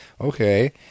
okay